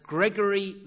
Gregory